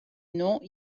nom